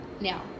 now